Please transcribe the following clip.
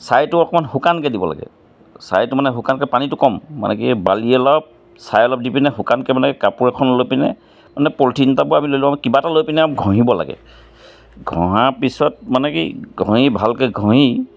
ছাইটো অকণমান শুকানকৈ দিব লাগে ছাইটো মানে শুকানকৈ পানীটো কম মানে কি বালি অলপ ছাই অলপ দি পিনে শুকানকৈ মানে কাপোৰ এখন লৈ পিনে মানে পলিথিন এটা আমি লৈ লওঁ কিবা এটা লৈ পিনে আৰু ঘঁহিব লাগে ঘঁহা পিছত মানে কি ঘঁহি ভালকৈ ঘঁহি